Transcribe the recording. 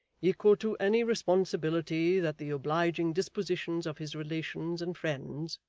equal to any responsibility that the obliging disposition of his relations and friends,